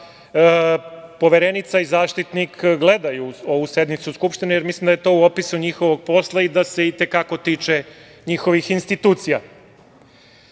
Poverenica i Zaštitnik gledaju ovu sednicu Skupštine, jer mislim da je to u opisu njihovog posla i da se i te kako tiče njihovih institucija. Dakle,